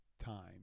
time